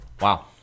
Wow